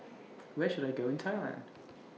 Where should I Go in Thailand